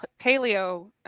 Paleo